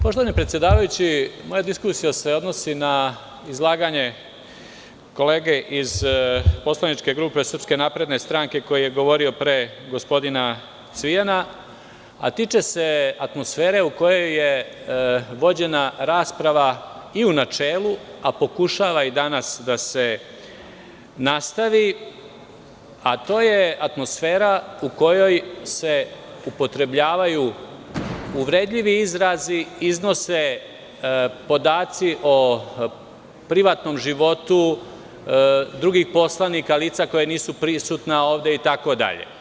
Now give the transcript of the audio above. Poštovani predsedavajući, moja diskusija se odnosi na izlaganje kolege iz poslaničke grupe SNS koji je govorio pre gospodina Cvijana, a tiče se atmosfere u kojoj je vođena rasprava i u načelu, a pokušava i danas da se nastavi, a to je atmosfera u kojoj se upotrebljavaju uvredljivi izrazi, iznose podaci o privatnom životu drugih poslanika, lica koja nisu prisutna ovde itd.